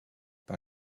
par